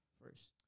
first